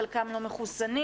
חלקם לא מחוסנים,